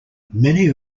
many